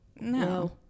No